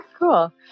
cool